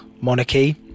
monarchy